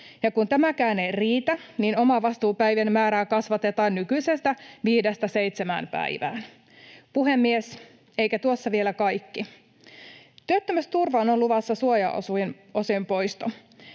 ja kun tämäkään ei riitä, niin omavastuupäivien määrää kasvatetaan nykyisestä viidestä seitsemään päivään. Puhemies! Eikä tuossa vielä kaikki. Työttömyysturvaan on luvassa suojaosien poisto.